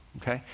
okay?